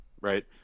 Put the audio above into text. right